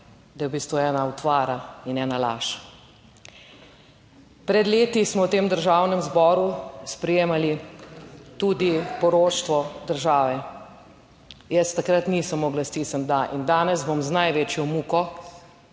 da je v bistvu ena utvara in ena laž. Pred leti smo v tem Državnem zboru sprejemali tudi poroštvo države. Jaz takrat nisem mogla stisniti "da" in danes bom z največjo muko